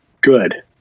good